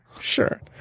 sure